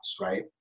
right